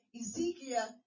Ezekiel